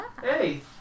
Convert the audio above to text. Hey